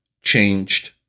changed